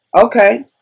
okay